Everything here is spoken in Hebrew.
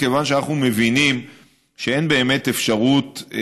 מכיוון שאנחנו מבינים שאין באמת אפשרות,